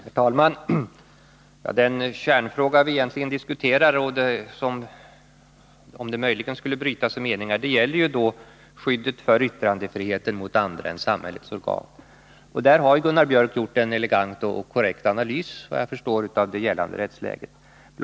Herr talman! Den kärnfråga vi egentligen diskuterar — om meningarna härom möjligen skulle brytas — gäller ju skyddet för yttrandefriheten mot andra än samhällets organ. Gunnar Biörck i Värmdö har gjort en elegant och vad jag förstår korrekt analys av det gällande rättsläget på detta område.